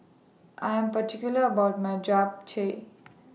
I Am particular about My Japchae